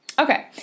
Okay